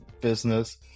business